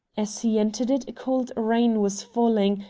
as he entered it a cold rain was falling,